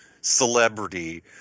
celebrity